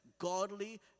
godly